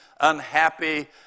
unhappy